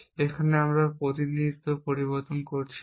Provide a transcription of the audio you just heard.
এখানে আমরা প্রতিনিধিত্ব পরিবর্তন করছি না